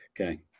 Okay